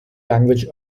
language